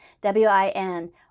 W-I-N